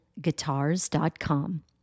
guitars.com